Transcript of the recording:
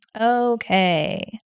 Okay